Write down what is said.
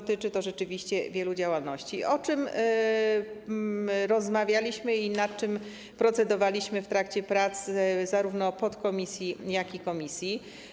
Dotyczy to rzeczywiście wielu działalności, o czym rozmawialiśmy i nad czym procedowaliśmy w trakcie prac zarówno podkomisji, jak i komisji.